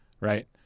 right